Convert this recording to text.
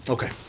Okay